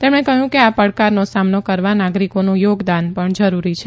તેમણે કહયું આ પડકારનો સામનો કરવા નાગરીકોનું યોગદાન પણ જરૂરી છે